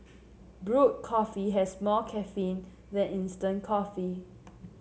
brewed coffee has more caffeine than instant coffee